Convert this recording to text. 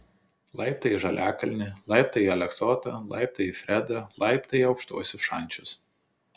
laiptai į žaliakalnį laiptai į aleksotą laiptai į fredą laiptai į aukštuosius šančius